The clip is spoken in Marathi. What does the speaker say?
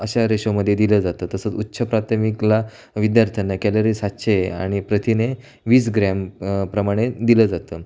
अशा रेशोमध्ये दिलं जातं तसंच उच्च प्राथमिकला विद्यार्थ्यांना कॅलरी सातशे आणि प्रथिने वीस ग्रॅम प प्रमाणे दिलं जातं